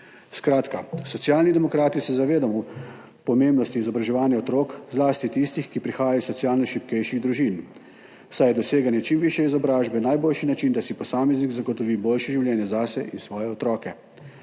Skratka, Socialni demokrati se zavedamo pomembnosti izobraževanja otrok, zlasti tistih, ki prihajajo iz socialno šibkejših družin, saj je doseganje čim višje izobrazbe najboljši način, da si posameznik zagotovi boljše življenje, zase in svoje otroke.